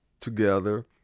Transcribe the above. together